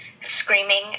screaming